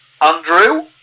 Andrew